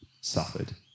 suffered